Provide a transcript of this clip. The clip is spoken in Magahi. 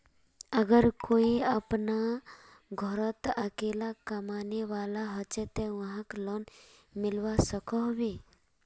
अगर कोई अपना घोरोत अकेला कमाने वाला होचे ते वाहक लोन मिलवा सकोहो होबे?